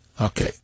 Okay